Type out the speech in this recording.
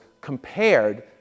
compared